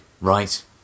right